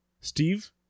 Steve